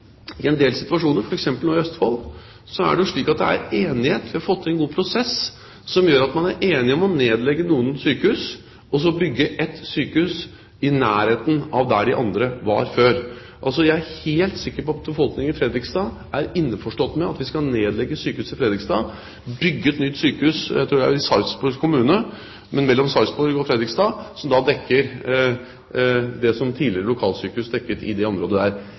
i en del situasjoner, f.eks. nå i Østfold, har vi fått i gang en god prosess som gjør at man er blitt enige om å nedlegge noen sykehus og bygge ett sykehus i nærheten av der de andre var før. Jeg er helt sikker på at befolkningen i Fredrikstad er innforstått med at vi skal nedlegge sykehuset i Fredrikstad, bygge et nytt sykehus – jeg tror det er i Sarpsborg kommune, mellom Sarpsborg og Fredrikstad – som dekker det som tidligere lokalsykehus dekket i det området. Det er befolkningen i det området for, og det ivaretar lokalsykehusfunksjonene, selv om det altså ikke fortsetter der